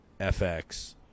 fx